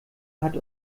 hat